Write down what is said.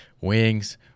Wings